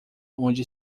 onde